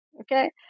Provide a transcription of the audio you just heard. okay